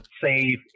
save